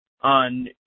on